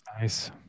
nice